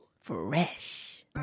Fresh